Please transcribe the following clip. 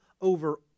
over